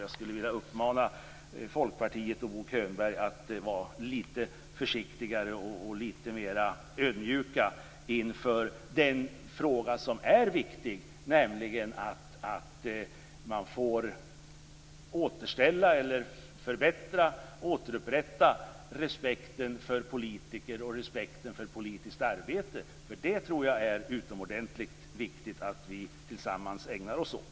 Jag skulle vilja uppmana Folkpartiet och Bo Könberg att vara lite försiktigare och lite mera ödmjuka inför den fråga som är viktig, nämligen att återupprätta respekten för politiker och respekten för politiskt arbete. Det tror jag är utomordentligt viktigt att vi tillsammans ägnar oss åt.